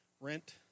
rent